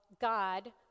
God